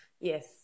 Yes